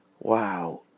Wow